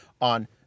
on